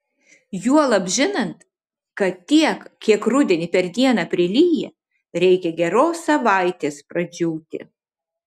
juolab žinant kad tiek kiek rudenį per dieną prilyja reikia geros savaitės pradžiūti